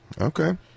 Okay